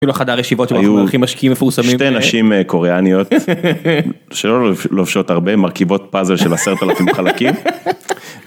ובחדר ישיבות... משקיעים מפורסמים... היו שתי נשים קוריאניות שלא לובשות הרבה, מרכיבות פאזל של 10,000 חלקים.